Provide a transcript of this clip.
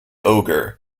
ogre